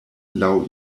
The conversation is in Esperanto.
laŭ